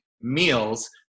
meals